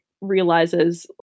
realizes